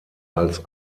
als